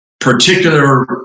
particular